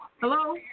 Hello